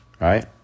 Right